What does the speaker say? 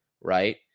right